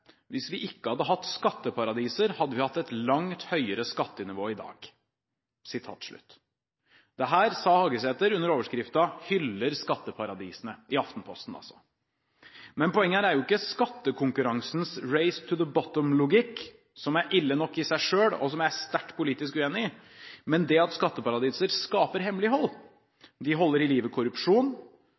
Hvis vi ikke hadde hatt skatteparadiser hadde vi hatt et langt høyere skattenivå i dag.» Dette sa Hagesæter under overskriften «Hyller skatteparadisene» i Aftenposten. Men poenget her er ikke skattekonkurransens «race to the bottom»-logikk, som er ille nok i seg selv, og som jeg er sterkt politisk uenig i, men det at skatteparadiser skaper hemmelighold. De holder i live korrupsjon,